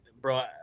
bro